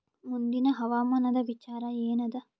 ಮುಂದಿನ ಹವಾಮಾನದ ವಿಚಾರ ಏನದ?